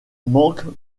manque